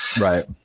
right